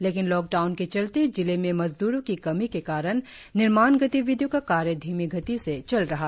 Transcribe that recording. लेकिन लॉकडाउन के चलते जिले में मजदुरों की कमी के कारण निर्माण गतिविधियों का कार्य धीमी गति से चल रहा है